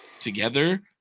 together